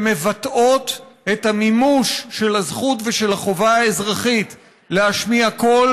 ומבטאות את המימוש של הזכות ושל החובה האזרחית להשמיע קול